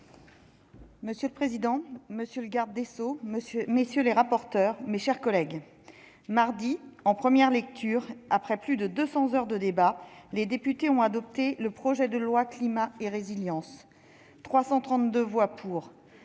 Monsieur le président, monsieur le garde des sceaux, mes chers collègues, mardi, en première lecture, après plus de 200 heures de débat, les députés ont adopté le projet de loi Climat et résilience, avec 332 voix « pour